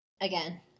again